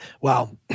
Wow